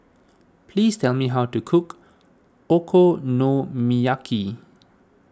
please tell me how to cook Okonomiyaki